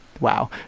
wow